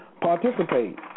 participate